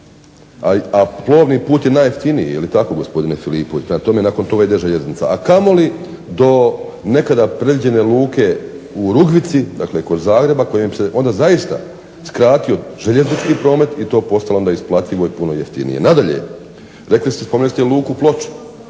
a plovni put je najjeftiniji, je li tako gospodine Filipović, prema tome nakon toga ide željeznica, a kamoli do nekada predviđene luke u Rugvici, dakle kod Zagreba kojim se onda zaista skratio željeznički promet i to postalo onda isplativo i puno jeftinije. Nadalje, rekli ste, spomenuli ste i luku Ploče,